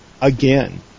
again